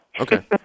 Okay